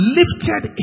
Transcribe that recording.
lifted